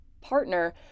partner